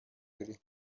داره